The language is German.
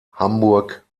hamburg